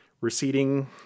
receding